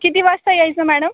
किती वाजता यायचं मॅडम